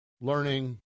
learning